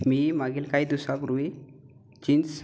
मी मागील काही दिवसापूर्वी जीन्स